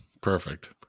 Perfect